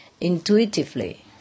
intuitively